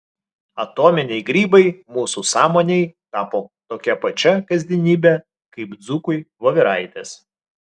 atominiai grybai mūsų sąmonei tapo tokia pačia kasdienybe kaip dzūkui voveraitės